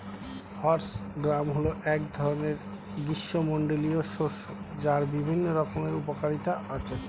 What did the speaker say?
horse gram হল এক ধরনের গ্রীষ্মমণ্ডলীয় শস্য যার বিভিন্ন রকমের উপকারিতা আছে